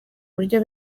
uburyo